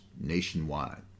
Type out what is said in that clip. nationwide